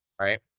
Right